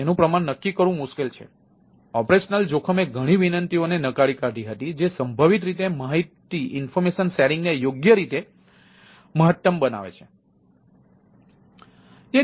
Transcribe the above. તેનું પ્રમાણ નક્કી કરવું મુશ્કેલ છે ઓપરેશનલ જોખમે ઘણી વિનંતીઓને નકારી કાઢી હતી જે સંભવિત રીતે માહિતી વહેંચણીને યોગ્ય રીતે મહત્તમ બનાવે છે